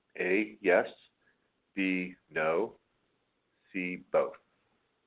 a. yes b. no c. both